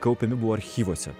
kaupiami buvo archyvuose